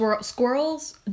squirrels